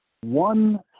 one